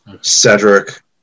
Cedric